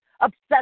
Obsessed